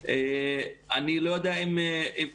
באוניברסיטת תל אביב שנים רבות ואני לא יודע אם הייתי